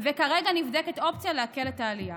וכרגע נבדקת אופציה להקל את העלייה.